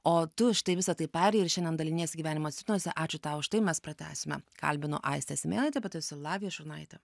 o tu štai visa tai perėjai ir šiandien daliniesi gyvenimo citrinose ačiū tau už tai mes pratęsime kalbinu aistę simėnaitę pati esu lavija šurnaitė